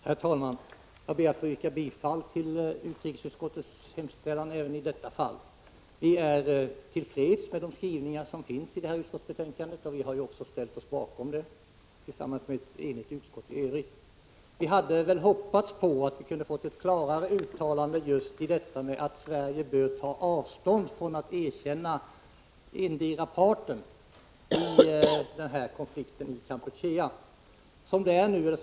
Herr talman! Jag ber att få yrka bifall till utrikesutskottets hemställan även i detta fall. Vi är till freds med skrivningarna i betänkandet, och vi har ju också ställt oss bakom betänkandet i enighet med övriga partier. Vi hade väl hoppats att vi skulle ha fått ett klarare uttalande just om detta att Sverige bör ta avstånd från erkännande av endera parten i konflikten i Kampuchea.